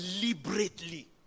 deliberately